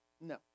No